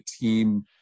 team